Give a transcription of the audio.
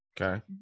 okay